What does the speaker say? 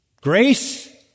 grace